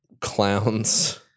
clowns